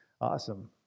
awesome